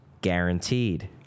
guaranteed